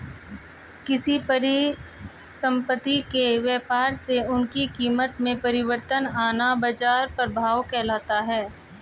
किसी परिसंपत्ति के व्यापार से उसकी कीमत में परिवर्तन आना बाजार प्रभाव कहलाता है